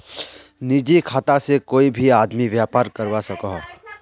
निजी खाता से कोए भी आदमी व्यापार करवा सकोहो